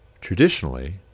traditionally